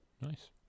Nice